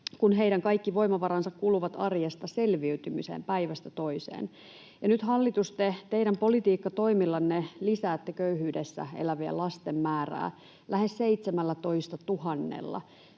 kun heidän kaikki voimavaransa kuluvat arjesta selviytymiseen päivästä toiseen. Nyt te, hallitus, teidän politiikkatoimillanne lisäätte köyhyydessä elävien lasten määrää lähes 17 000:lla.